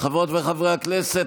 חברות וחברי הכנסת,